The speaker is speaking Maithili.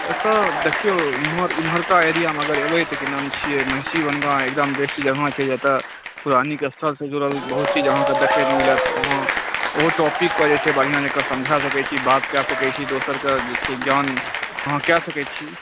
एतऽ देखिऔ एमहर एमहरका एरिआमे अगर अएबै तऽ की नाम छिए महिषी बनगाँव एकदम बेस्ट जगह छै जतऽ पौराणिक स्थलसँ जुड़ल बहुत चीज अहाँके देखैलए मिलत अहाँ ओहो टॉपिकपर जे छै बढ़िआँ जकाँ समझा सकै छी बात कऽ सकै छी दोसरके जे छै ज्ञान अहाँ कऽ सकै छी